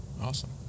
awesome